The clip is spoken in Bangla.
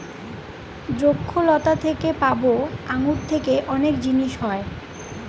দ্রক্ষলতা থেকে পাবো আঙ্গুর থেকে অনেক জিনিস হয়